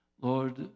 Lord